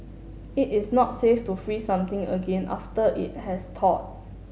it is not safe to freeze something again after it has thawed